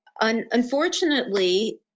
unfortunately